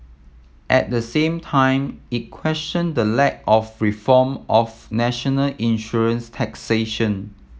at the same time it questioned the lack of reform of national insurance taxation